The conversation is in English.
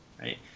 right